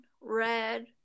Red